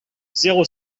zéro